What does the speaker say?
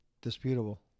disputable